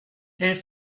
elle